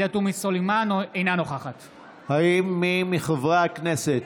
אינה נוכחת האם יש מי מחברי הכנסת